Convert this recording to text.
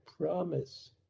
promise